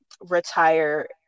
retire